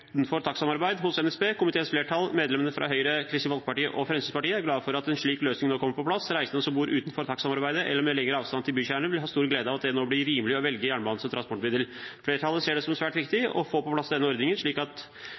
takstsamarbeid hos NSB. Komiteens flertall, medlemmene fra Høyre, Kristelig Folkeparti og Fremskrittspartiet, er glade for at en slik løsning nå kommer på plass. Reisende som bor utenfor takstsamarbeid eller med lengre avstand til bykjerner, vil ha stor glede av at det nå blir rimelig å velge jernbanen som transportmiddel. Flertallet ser det som svært viktig å få på plass denne ordningen slik at